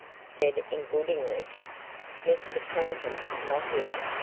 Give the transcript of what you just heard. said in good english mr preenham not here?